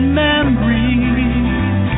memories